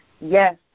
yes